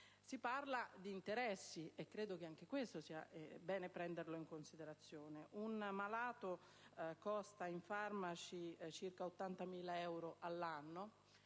Si parla di interessi, e credo che anche questo sia bene prenderlo in considerazione. Un malato costa, in farmaci, circa 80.000 euro all'anno.